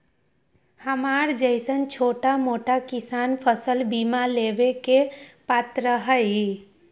हमरा जैईसन छोटा मोटा किसान फसल बीमा लेबे के पात्र हई?